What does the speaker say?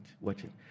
watching